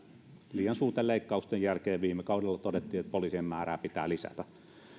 liian suurten leikkausten jälkeen viime kaudella todettiin että poliisien määrää pitää lisätä